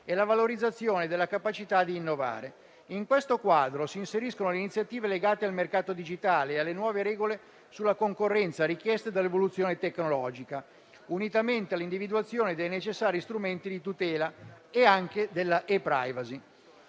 e la valorizzazione della capacità di innovare. In questo quadro si inseriscono le iniziative legate al mercato digitale e alle nuove regole sulla concorrenza richieste dall'evoluzione tecnologica, unitamente all'individuazione dei necessari strumenti di tutela e anche della *e*-*privacy*.